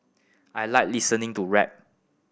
I like listening to rap